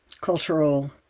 cultural